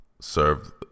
serve